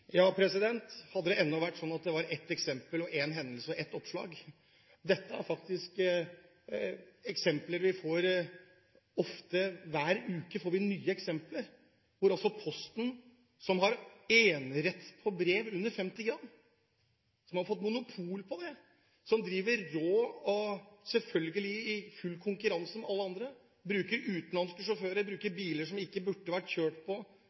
Hadde det enda vært ett eksempel, én hendelse og ett oppslag! Dette er faktisk eksempler vi får ofte. Hver uke får vi nye eksempler på at Posten – som har enerett på levering av brev under 50 gram, som altså har monopol på det, som driver rått, selvfølgelig i full konkurranse med alle andre – bruker utenlandske sjåfører, bruker biler som ikke burde vært kjørt med, med bl.a. dekk som ikke burde vært brukt på